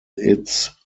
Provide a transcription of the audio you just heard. its